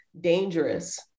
dangerous